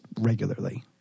regularly